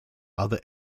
other